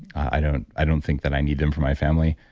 i don't i don't think that i need them for my family.